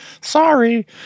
Sorry